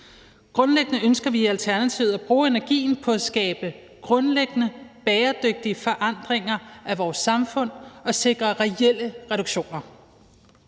Grundlæggende ønsker vi i Alternativet at bruge energien på at skabe grundlæggende, bæredygtige forandringer af vores samfund og sikre reelle reduktioner.